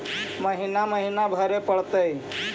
महिना महिना भरे परतैय?